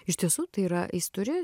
iš tiesų tai yra jis turi